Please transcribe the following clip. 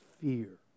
fear